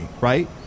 right